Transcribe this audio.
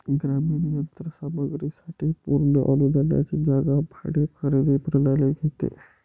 ग्रामीण यंत्र सामग्री साठी पूर्ण अनुदानाची जागा भाडे खरेदी प्रणाली घेते